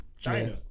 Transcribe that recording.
China